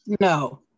no